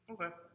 okay